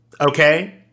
okay